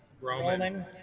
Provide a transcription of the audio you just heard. Roman